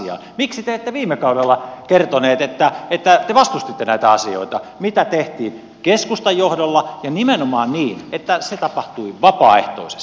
miksi te ette viime kaudella kertoneet että te vastustitte näitä asioita joita tehtiin keskustan johdolla ja nimenomaan niin että se tapahtui vapaaehtoisesti